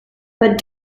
but